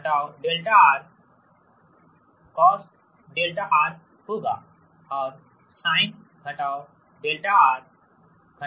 फिर cos δR cosδR होगा और sin δR sinδR होगा